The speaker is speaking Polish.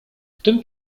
tym